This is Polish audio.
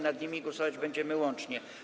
Nad nimi głosować będziemy łącznie.